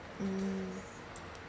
mm